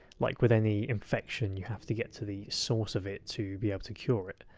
like with any infection, you have to get to the source of it to be able to cure it.